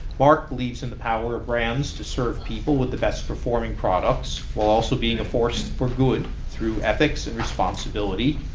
marc believes in the power of brands to serve people with the best performing products, while also being a force for good through ethics and responsibility,